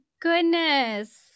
Goodness